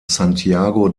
santiago